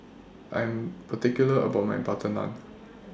I'm particular about My Butter Naan